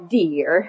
dear